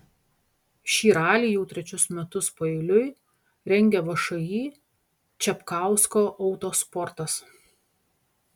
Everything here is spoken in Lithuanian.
šį ralį jau trečius metus paeiliui rengia všį čapkausko autosportas